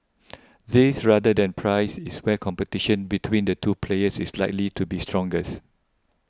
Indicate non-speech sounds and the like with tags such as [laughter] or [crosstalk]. [noise] this rather than price is where competition between the two players is likely to be strongest